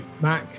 Mac